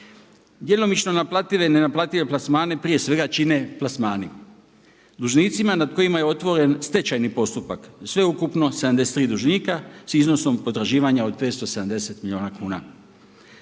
Djelomično naplative i nenaplative plasmane prije svega čine plasmani. Dužnicima nad kojima je otvoren stečajni postupak sveukupno 73 dužnika s iznosom potraživanja od 570 milijuna kuna.